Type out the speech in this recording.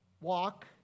Walk